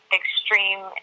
extreme